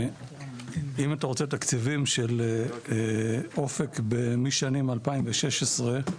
אם אתה רוצה תקציבים של "אופק" משנים 2016,